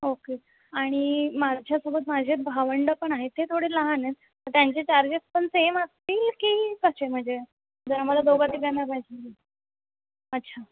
okay आणि माझ्यासोबत माझे भावंडं पण आहेत ते थोडे लहान आहेत तर त्यांचे चार्जेस पण सेम असतील की कसे म्हणजे जर आम्हाला दोघा तिघांना पाहिजे अच्छा